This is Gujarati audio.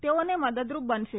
તેઓને મદદરૂપ બનશે